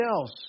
else